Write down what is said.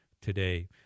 today